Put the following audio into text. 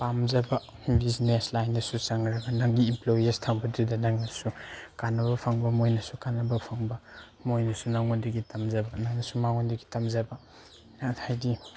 ꯄꯥꯝꯖꯕ ꯕꯤꯖꯤꯅꯦꯁ ꯂꯥꯏꯟꯗꯁꯨ ꯆꯪꯂꯒ ꯅꯪꯒꯤ ꯏꯝꯄ꯭ꯂꯣꯌꯤꯁ ꯊꯝꯕꯗꯨꯗ ꯅꯪꯅꯁꯨ ꯀꯥꯟꯅꯕ ꯐꯪꯕ ꯃꯣꯏꯅꯁꯨ ꯀꯥꯟꯅꯕ ꯐꯪꯕ ꯃꯣꯏꯅꯁꯨ ꯅꯪꯉꯣꯟꯗꯒꯤ ꯇꯝꯖꯕ ꯅꯪꯅꯁꯨ ꯃꯥꯉꯣꯟꯗꯒꯤ ꯇꯝꯖꯕ ꯍꯥꯏꯗꯤ